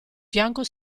fianco